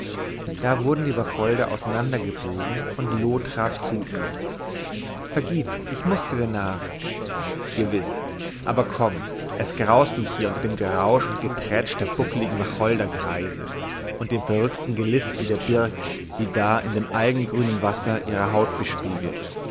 da wurden die wacholder auseinander gebogen und loo trat zu ihm vergib ich mußte dir nach gewiß aber komm es graust mich hier unter dem gerausch und geträtsch der buckligen wacholdergreise und dem verrückten gelispel der birke die da in dem algengrünen wasser ihre haut bespiegelt